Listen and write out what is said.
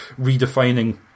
redefining